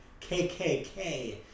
KKK